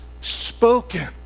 spoken